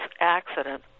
accident